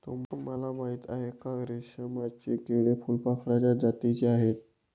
तुम्हाला माहिती आहे का? रेशमाचे किडे फुलपाखराच्या जातीचे आहेत